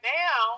now